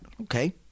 okay